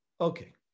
Okay